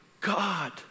God